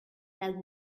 that